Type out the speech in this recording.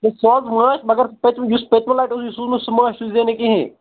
ہے سُہ حظ وٲتۍ مَگر پٔتۍمہِ حِصہٕ پٔتۍمہِ لَٹہِ اوسُتھ سوٗزمُت سُہ مانٛچھ سوٗز زِ نہٕ کِہیٖنٛۍ